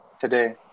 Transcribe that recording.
today